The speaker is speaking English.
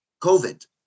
COVID